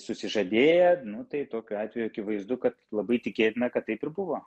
susižadėję nu tai tokiu atveju akivaizdu kad labai tikėtina kad taip ir buvo